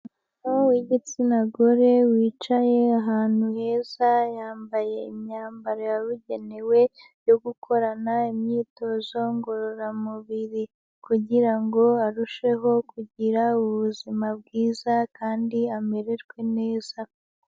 Umuntu w'igitsina gore wicaye ahantu heza, yambaye imyambaro yabugenewe yo gukorana imyitozo ngororamubiri, kugira ngo arusheho kugira ubuzima bwiza kandi amererwe neza.